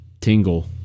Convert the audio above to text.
tingle